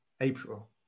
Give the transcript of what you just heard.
April